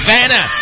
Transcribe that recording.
Vanna